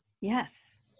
Yes